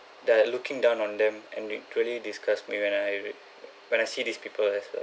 they're looking down on them and it really disgusts me when I re~ when I see these people as well